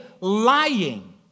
lying